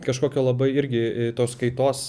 kažkokio labai irgi tos kaitos